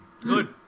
Good